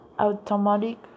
automatic